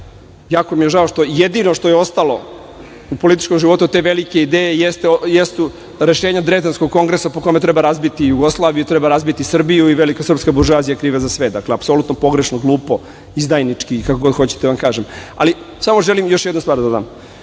velika ideja, da jedino što je ostalo u političkom životu od te velike ideje jesu rešenja Drezdenskog kongresa po kome treba razbiti Jugoslaviju, treba razbiti Srbiju i veliko srpska buržoazije je kriva za sve. Apsolutno pogrešno, glupo, izdajnički i kako god hoćete da vam kažem. Samo želim još jednu stvar da dodam.